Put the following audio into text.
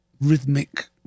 rhythmic